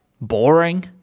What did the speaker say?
boring